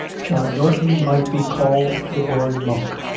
john norton might be called the born monk.